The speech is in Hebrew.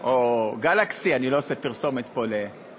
או גלקסי, אני לא עושה פרסומת פה ל"אפל"